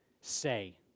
say